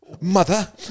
Mother